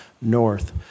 north